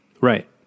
Right